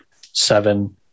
seven